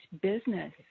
business